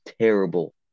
terrible